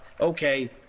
Okay